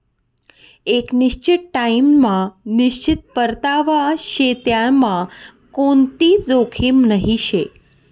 एक निश्चित टाइम मा निश्चित परतावा शे त्यांनामा कोणतीच जोखीम नही शे